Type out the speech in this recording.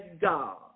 God